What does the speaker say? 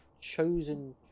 chosen